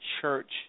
church